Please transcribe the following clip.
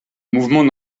mouvements